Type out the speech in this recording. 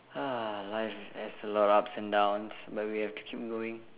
ah life has a lot of ups and downs but we have to keep going